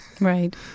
Right